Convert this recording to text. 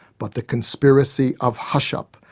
but the conspiracy of hush-up,